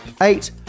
eight